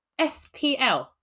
SPL